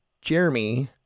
Jeremy